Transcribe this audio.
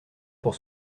pour